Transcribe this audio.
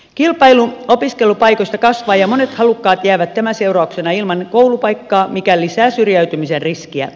kilpailu opiskelupaikoista kasvaa ja monet halukkaat jäävät tämän seurauksena ilman koulupaikkaa mikä lisää syrjäytymisen riskiä